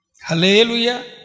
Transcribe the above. Hallelujah